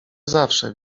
zawsze